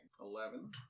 Eleven